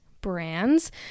brands